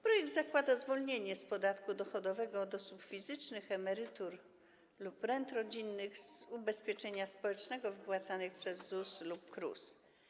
Projekt zakłada zwolnienie z podatku dochodowego od osób fizycznych emerytur lub rent rodzinnych z ubezpieczenia społecznego wypłacanych przez ZUS lub KRUS.